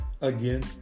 again